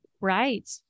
right